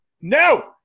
No